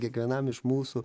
kiekvienam iš mūsų